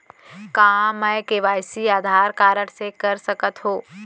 का मैं KYC Aadhaar card से कर सकत हो?